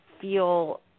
feel